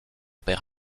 père